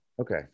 Okay